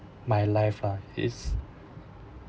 my life lah is